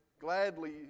gladly